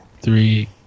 three